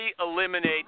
eliminate